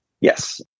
Yes